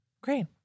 Great